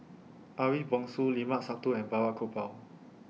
Ariff Bongso Limat Sabtu and Balraj Gopal